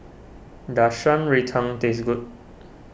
does Shan Rui Tang taste good